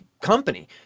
company